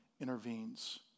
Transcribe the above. intervenes